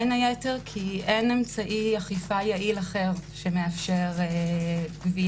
בין היתר כי אין אמצעי אכיפה יעיל אחר שמאפשר גבייה.